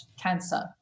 cancer